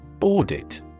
Audit